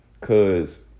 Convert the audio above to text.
cause